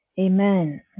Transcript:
Amen